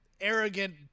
arrogant